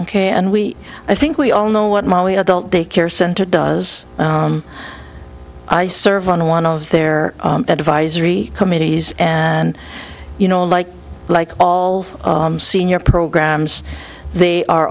ok and we i think we all know what molly adult daycare center does i serve on one of their advisory committees and you know like like all senior programs they are